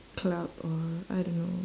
club or I don't know